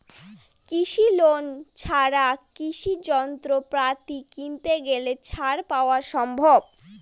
কৃষি লোন ছাড়া কৃষি যন্ত্রপাতি কিনতে গেলে ছাড় পাওয়া সম্ভব?